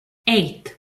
eight